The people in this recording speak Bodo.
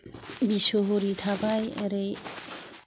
बिस्वहरि थाबाय ओरै